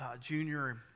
junior